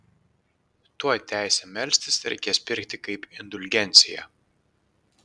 tuoj teisę melstis reikės pirkti kaip indulgenciją